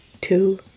two